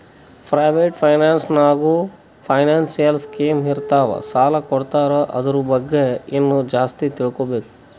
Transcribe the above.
private finance ನಾಗ್ನೂ financial scheme ಇರ್ತಾವ್ ಸಾಲ ಕೊಡ್ತಾರ ಅದುರ್ ಬಗ್ಗೆ ಇನ್ನಾ ಜಾಸ್ತಿ ತಿಳ್ಕೋಬೇಕು